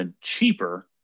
cheaper